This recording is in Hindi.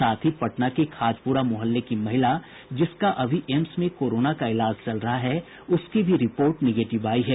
साथ ही पटना के खाजपुरा मुहल्ले की महिला जिसका अभी एम्स में कोरोना का इलाज चल रहा है उसकी भी रिपोर्ट निगेटिव आयी है